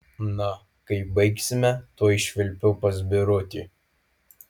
na kai baigsime tuoj švilpiu pas birutį